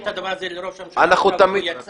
את הדבר הזה לראש הממשלה כשהוא יצא.